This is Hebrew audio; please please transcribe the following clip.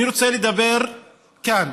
אני רוצה לדבר כאן